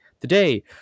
Today